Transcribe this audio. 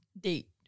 date